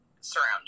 Surrounded